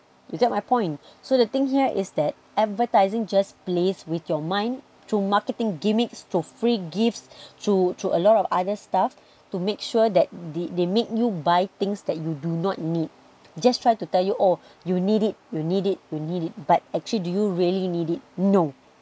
you get my point so the thing here is that advertising just plays with your mind through marketing gimmicks through free gifts through a lot of other stuff to make sure that they make you buy things that you do not need just try to tell you oh you need it you need it you need it but actually do you really need it no